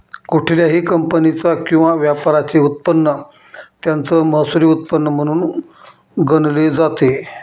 कुठल्याही कंपनीचा किंवा व्यापाराचे उत्पन्न त्याचं महसुली उत्पन्न म्हणून गणले जाते